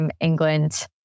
England